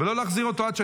אתה לא תדבר ככה.